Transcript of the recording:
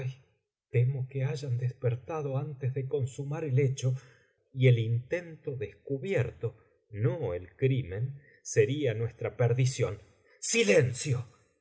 temo que hayan despertado antes de consumar el hecho y el intento descubierto no el crimen seria nuestra perdición silencio